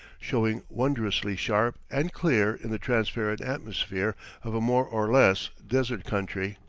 showing wondrously sharp and clear in the transparent atmosphere of a more or less desert country.